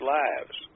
lives